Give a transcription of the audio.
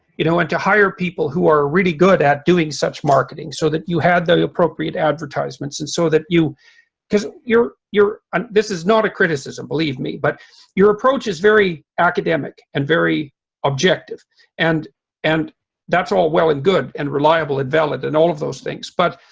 you know and to hire people who are really good at doing such marketing so that you had the appropriate advertisements and so that you because you're your this is not a criticism believe me, but your approach is very academic and very objective and and that's all well and good and reliable and valid and all of those things but